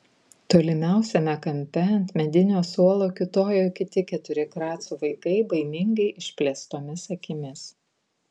tolimiausiame kampe ant medinio suolo kiūtojo kiti keturi kracų vaikai baimingai išplėstomis akimis